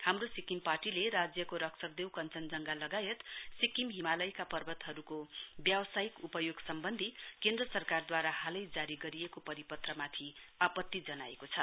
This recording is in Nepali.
हाम्रो सिक्किम पार्टीले राज्यको रक्षक देव कञ्चनजङ्गा लगायत सिक्किम हिमालयका पर्वतहरूको व्यवसायिक उपयोग सम्बनधी केन्द्र सरकारद्वारा हालै जारी गरिएको परिपत्रमाथि आपत्ति जनाएको छ